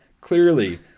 Clearly